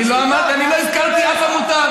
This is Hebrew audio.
אני לא הזכרתי אף עמותה.